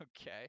okay